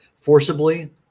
forcibly